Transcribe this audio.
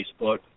Facebook